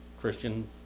Christian